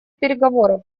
переговоров